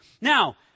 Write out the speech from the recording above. Now